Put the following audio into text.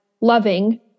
loving